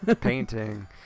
painting